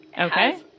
okay